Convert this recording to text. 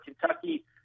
Kentucky